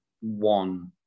One